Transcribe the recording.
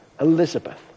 Elizabeth